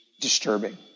disturbing